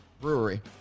Brewery